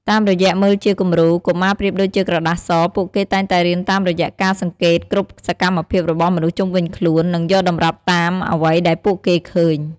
តាមរយៈមើលជាគំរូ កុមារប្រៀបដូចជាក្រដាសស ពួកគេតែងតែរៀនតាមរយៈការសង្កេតគ្រប់សកម្មភាពរបស់មនុស្សជុំវិញខ្លួន និងយកតម្រាប់តាមអ្វីដែលពួកគេឃើញ។